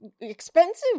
expensive